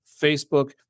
Facebook